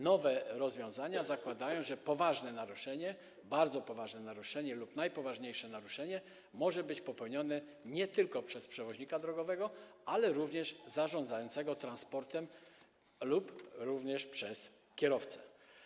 Nowe rozwiązania zakładają, że poważne naruszenie, bardzo poważne naruszenie lub najpoważniejsze naruszenie mogą być popełnione nie tylko przez przewoźnika drogowego, ale również przez zarządzającego transportem lub przez kierowcę.